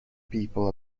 people